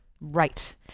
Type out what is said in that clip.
Right